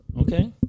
Okay